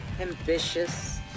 Ambitious